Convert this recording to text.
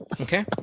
Okay